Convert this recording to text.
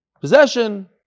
possession